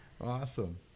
Awesome